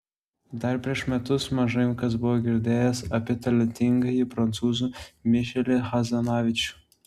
dar prieš metus mažai kas buvo girdėjęs apie talentingąjį prancūzą mišelį hazanavičių